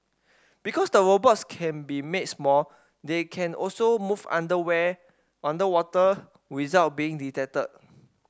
because the robots can be made small they can also move underwear underwater without being detected